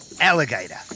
Alligator